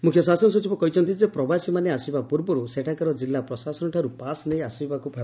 ମୁଖ୍ୟ ଶାସନ ସଚିବ କହିଛନ୍ତି ପ୍ରବାସୀମାନେ ଆସିବା ପୂର୍ବରୁ ସେଠାକାର କିଲ୍ଲା ପ୍ରଶାସନଠାରୁ ପାସ୍ ନେଇ ଆସିବାକୁ ହେବ